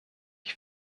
ich